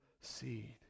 seed